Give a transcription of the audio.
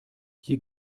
hier